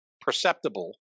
perceptible